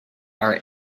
are